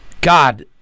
God